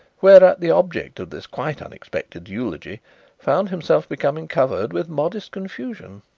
whereat the object of this quite unexpected eulogy found himself becoming covered with modest confusion.